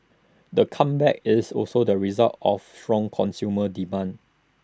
the comeback is also the result of strong consumer demand